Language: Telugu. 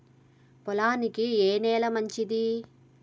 పొలానికి ఏ నేల మంచిది?